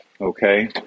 Okay